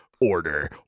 order